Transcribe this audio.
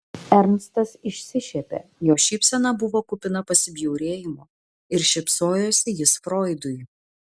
ernstas išsišiepė jo šypsena buvo kupina pasibjaurėjimo ir šypsojosi jis froidui